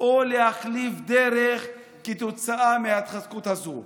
או להחליף דרך כתוצאה מההתחזקות הזאת.